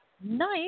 Nice